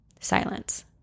Silence